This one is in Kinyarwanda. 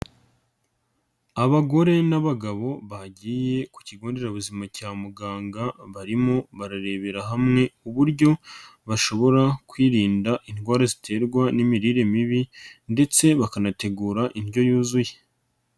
Abagore n'abagabo bagiye ku kigo nderabuzima cya muganga barimo bararebera hamwe uburyo bashobora kwirinda indwara ziterwa n'imirire mibi ndetse bakanategura indyo yuzuye.